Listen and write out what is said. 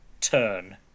turn